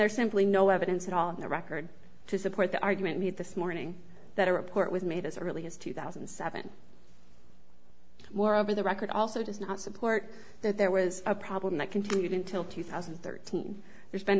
there's simply no evidence at all in the record to support the argument made this morning that a report was made as early as two thousand and seven moreover the record also does not support that there was a problem that continued until two thousand and thirteen there's been